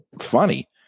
funny